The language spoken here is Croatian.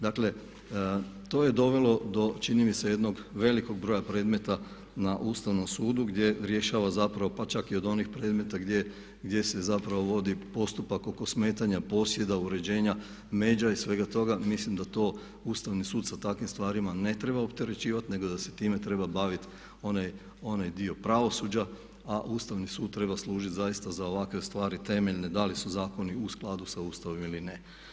Dakle, to je dovelo čini mi se jednog velikog broja predmeta na Ustavnom sudu gdje rješava zapravo pa čak i od onih predmeta gdje se zapravo vodi postupak oko smetanja posjeda, uređenja međa i svega toga, mislim da to Ustavni sud sa takvim stvarima ne treba opterećivati nego da se time treba baviti onaj dio pravosuđa a Ustavni sud treba služiti zaista za ovakve stvari, temeljne da li su zakoni u skladu sa Ustavom ili ne.